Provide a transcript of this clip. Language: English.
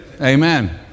Amen